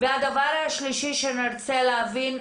והדבר השלישי שנרצה להבין,